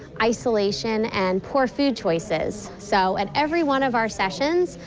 isolation and poor food choices. so at every one of our session,